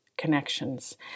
Connections